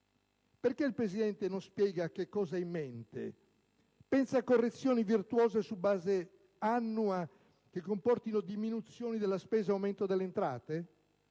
Perché il Presidente non spiega che cosa ha in mente? Pensa a correzioni virtuose su base annua che comportino diminuzione della spesa ed aumento delle entrate?